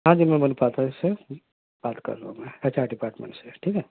ہاں جی میں بات کر رہا ہوں میں ایچ آر ڈپارٹمنٹ سے ٹھیک ہے